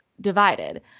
divided